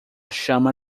chama